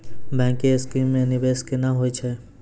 Bank के scheme मे निवेश केना होय छै?